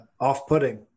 off-putting